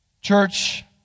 Church